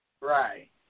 Right